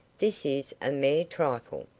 this is a mere trifle.